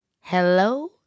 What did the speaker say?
Hello